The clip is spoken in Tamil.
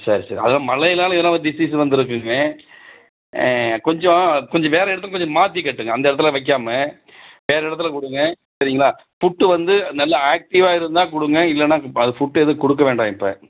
சரி சரி அதுதான் மழையினால எதனா ஒரு டிசீஸ் வந்திருக்குங்க கொஞ்சம் கொஞ்சம் வேறு இடத்துல கொஞ்சம் மாற்ரிக் கட்டுங்க அந்த இடத்துல வைக்காம வேறு இடத்துல கொடுங்க சரிங்களா புட்டு வந்து நல்ல ஆக்டிவ்வாக இருந்தால் கொடுங்க இல்லைன்னா ஃபுட்டு எதுவும் கொடுக்க வேண்டாம் இப்போ